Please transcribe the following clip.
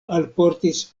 alportis